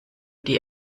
die